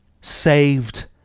Saved